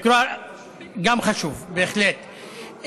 גם חשוב, בהחלט.